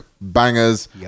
bangers